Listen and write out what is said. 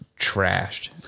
trashed